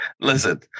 listen